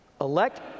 Elect